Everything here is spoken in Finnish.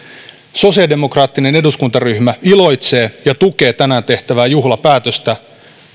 sosiaalidemokraattinen eduskuntaryhmä iloitsee ja tukee tänään tehtävää juhlapäätöstä